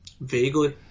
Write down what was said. Vaguely